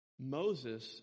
Moses